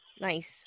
Nice